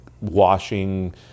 washing